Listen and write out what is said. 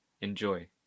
Enjoy